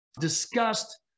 discussed